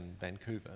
Vancouver